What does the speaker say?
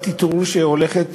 שוועדת האיתור שהולכת